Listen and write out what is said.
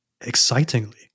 excitingly